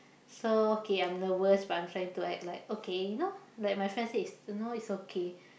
so okay I'm nervous but I'm trying to act like okay you know like my friend says y~ know it's okay